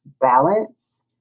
balance